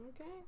Okay